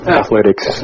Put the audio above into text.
athletics